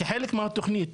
כחלק מהתוכנית